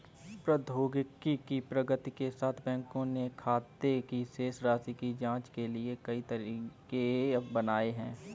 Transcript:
प्रौद्योगिकी की प्रगति के साथ, बैंकों ने खाते की शेष राशि की जांच के लिए कई तरीके बनाए है